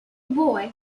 boy